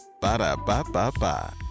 Ba-da-ba-ba-ba